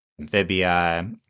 Amphibia